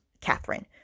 Catherine